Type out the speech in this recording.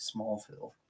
Smallville